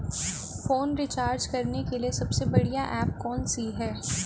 Phone recharge करने के लिए सबसे बढ़िया ऐप कौन सी है?